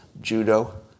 judo